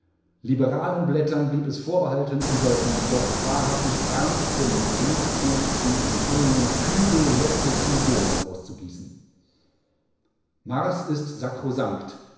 liberalen blättern blieb es vorbehalten über die doch wahrhaftig ernsten liebknechtschen enthüllungen kübel läppischen hohnes auszugießen mars ist